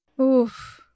Oof